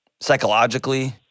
psychologically